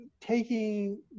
taking